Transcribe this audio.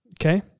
okay